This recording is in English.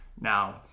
Now